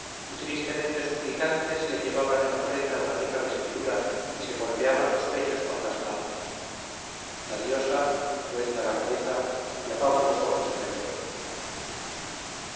y tristemente suplicantes le llevaban en ofrenda una rica vestidura y se golpeaban los pechos con las manos la diosa vuelta la cabeza clavaba los ojos en el suelo